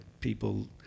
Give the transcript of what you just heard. people